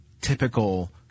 typical